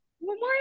Memorial